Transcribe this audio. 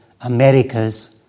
America's